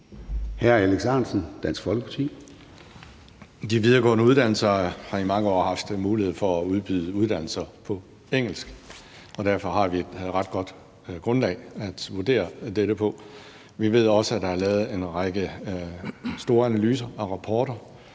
13:47 Alex Ahrendtsen (DF): De videregående uddannelser har i mange år haft mulighed for at udbyde uddannelser på engelsk, og derfor har vi et ret godt grundlag at vurdere dette på. Vi ved også, at der er lavet en række store analyser og rapporter